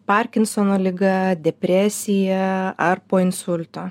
parkinsono liga depresija ar po insulto